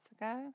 ago